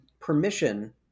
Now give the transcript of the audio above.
permission